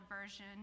version